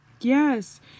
Yes